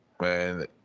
man